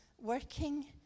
working